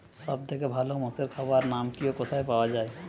সব থেকে ভালো মোষের খাবার নাম কি ও কোথায় পাওয়া যায়?